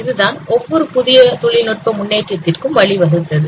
இதுதான் ஒவ்வொரு புதிய தொழில்நுட்ப முன்னேற்றத்திற்கும் வழிவகுத்தது